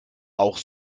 auch